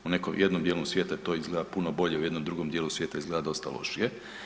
U nekom, jednom dijelu svijeta to izgleda puno bolje, u jednom drugom dijelu svijeta izgleda dosta lošije.